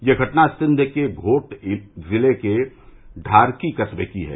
यह घटना सिंध के घोट जिले के ढार्की कस्बे की है